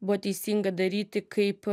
buvo teisinga daryti kaip